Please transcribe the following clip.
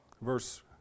Verse